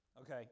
okay